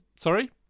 Sorry